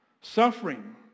Suffering